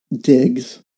digs